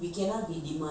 yes mama